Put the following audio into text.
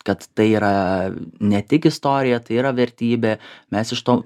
kad tai yra ne tik istorija tai yra vertybė mes iš to